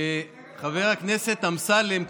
חבר הכנסת אמסלם,